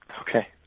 Okay